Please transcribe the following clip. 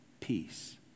peace